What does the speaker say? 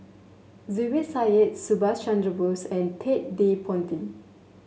Zubir Said Subhas Chandra Bose and Ted De Ponti